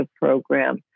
program